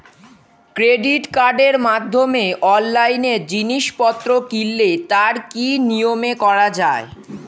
Credit কার্ডের মাধ্যমে অনলাইনে জিনিসপত্র কিনলে তার কি নিয়মে করা যায়?